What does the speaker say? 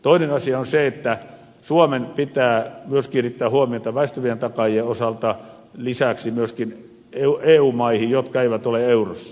toinen asia on se että suomen pitää myös kiinnittää huomiota väistyvien takaajien osalta lisäksi myöskin eu maihin jotka eivät ole eurossa